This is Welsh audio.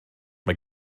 mae